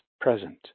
present